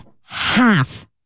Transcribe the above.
half